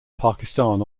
pakistan